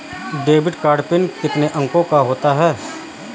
Debit card pin कितने अंकों का होता है?